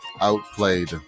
outplayed